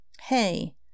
hey